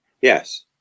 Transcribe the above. Yes